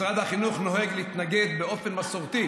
משרד החינוך נוהג להתנגד באופן מסורתי